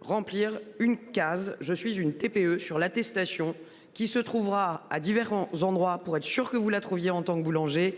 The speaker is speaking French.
Remplir une case. Je suis une TPE sur l'attestation qui se trouvera à différents endroits pour être sûr que vous la trouviez en tant que boulanger